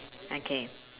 okay